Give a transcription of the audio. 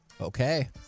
Okay